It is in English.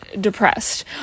depressed